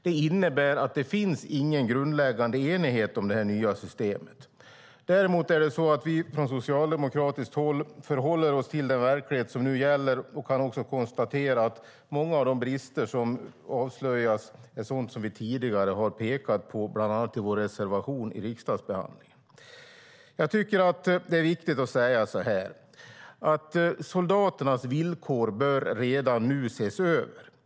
Det innebär att det inte finns någon grundläggande enighet om det nya systemet. Däremot är det så att vi från socialdemokratiskt håll förhåller oss till den verklighet som gäller och kan konstatera att många av de brister som avslöjas är sådant som vi tidigare har pekat på, bland annat i vår reservation vid riksdagsbehandlingen. Det är viktigt att säga att soldaternas villkor bör ses över redan nu.